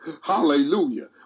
Hallelujah